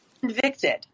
convicted